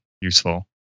useful